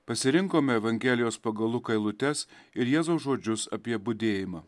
pasirinkome evangelijos pagal luką eilutes ir jėzaus žodžius apie budėjimą